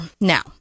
Now